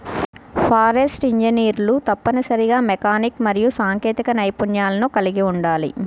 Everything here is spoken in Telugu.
ఫారెస్ట్రీ ఇంజనీర్లు తప్పనిసరిగా మెకానికల్ మరియు సాంకేతిక నైపుణ్యాలను కలిగి ఉండాలి